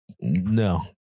no